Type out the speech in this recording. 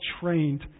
trained